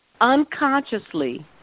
unconsciously